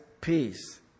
peace